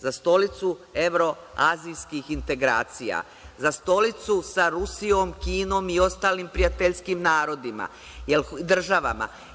Za stolicu evro-azijskih integracija, za stolicu sa Rusijom, Kinom i ostalim prijateljskim državama.